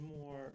more